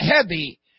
heavy